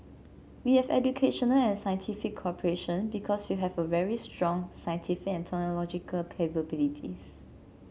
we have educational and scientific cooperation because you have very strong scientific and technological capabilities